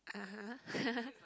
(uh huh)